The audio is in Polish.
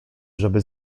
żeby